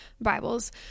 Bibles